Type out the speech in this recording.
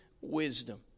wisdom